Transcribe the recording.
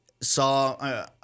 saw